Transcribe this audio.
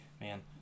man